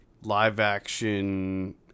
live-action